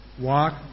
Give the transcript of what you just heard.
walk